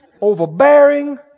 Overbearing